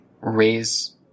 raise